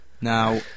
Now